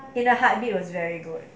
in a heartbeat was very good